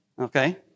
Okay